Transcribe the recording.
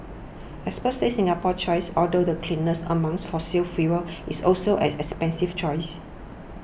experts say Singapore's choice although the cleanest among fossil fuels is also an expensive choice